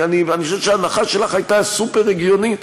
אני חושב שההנחה שלך הייתה סופר-הגיונית.